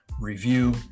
review